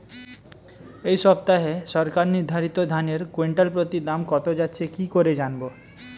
এই সপ্তাহে সরকার নির্ধারিত ধানের কুইন্টাল প্রতি দাম কত যাচ্ছে কি করে জানবো?